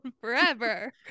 forever